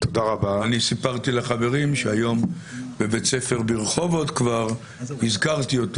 אני סיפרתי לחברים שהיום בבית ספר ברחובות כבר הזכרתי אותו